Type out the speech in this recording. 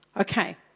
Okay